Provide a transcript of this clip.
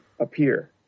appear